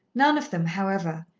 none of them, however,